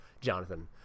jonathan